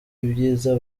ibyiza